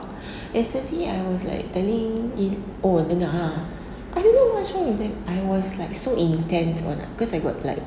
yesterday I was like telling il~ oh dengar lah I don't know what's wrong with them I was like so intent one cause I got like